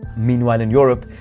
meanwhile in europe,